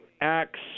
acts